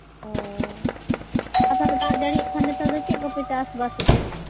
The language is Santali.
ᱚᱻ ᱟᱫᱚ ᱛᱟᱦᱞᱮ ᱫᱟᱜ ᱡᱟᱲᱤᱭᱮᱫ ᱠᱷᱟᱱ ᱱᱮᱛᱟᱨ ᱫᱚ ᱪᱮᱫ ᱠᱚᱯᱮ ᱪᱟᱥ ᱵᱟᱥ ᱮᱫᱼᱟ